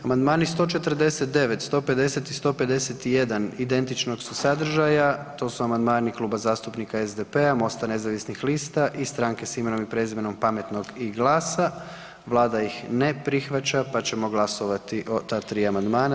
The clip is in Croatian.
Amandmani 149., 150. i 151. identičnog su sadržaja, to su amandmani Kluba zastupnika SDP-a, MOST-a nezavisnih lista i Stranke s imenom i prezimenom, Pametnog i GLAS-a, vlada ih ne prihvaća, pa ćemo glasovati o ta 3 amandmana.